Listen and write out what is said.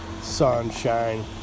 sunshine